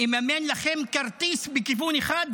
אממן לכם כרטיס בכיוון אחד,